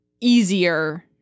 easier